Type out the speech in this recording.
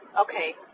Okay